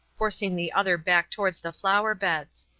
forcing the other back towards the flower-beds.